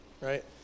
right